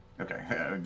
Okay